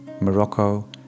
Morocco